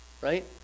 right